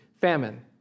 famine